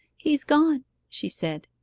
he's gone she said.